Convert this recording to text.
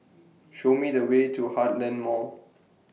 Show Me The Way to Heartland Mall